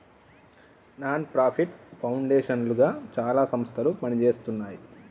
non profit foundation లుగా చాలా సంస్థలు పనిజేస్తున్నాయి